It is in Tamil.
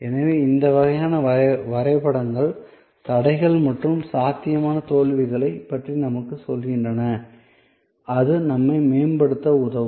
எனவே இந்த வகையான வரைபடங்கள் தடைகள் மற்றும் சாத்தியமான தோல்விகளைப் பற்றி நமக்குச் சொல்கின்றன அது நம்மை மேம்படுத்த உதவும்